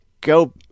go